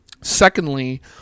Secondly